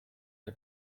der